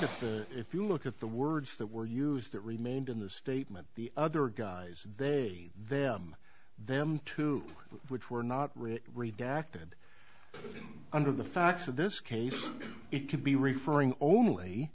at if you look at the words that were used that remained in the statement the other guys they them them to which were not really redacted under the facts of this case it could be referring only